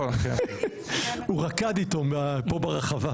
הוא רקד איתו פה ברחבה.